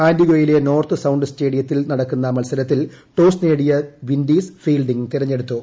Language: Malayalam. ആന്റിഗ്വയിലെ നോർത്ത് സൌ് സ്റ്റേഡിയത്തിൽ നടക്കുന്ന മൽസരത്തിൽ ടോസ് നേടിയ പ്പിൻഡീസ് ഫീൽഗിംങ് തിരഞ്ഞെടുത്തു